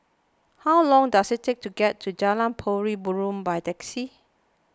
how long does it take to get to Jalan Pari Burong by taxi